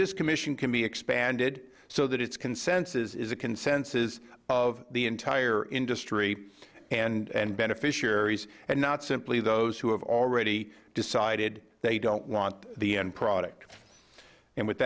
this commission can be expanded so that its consensus is a consensus of the entire industry and beneficiaries and not simply those who have already decided they don't want the end product and with